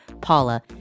Paula